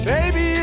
Baby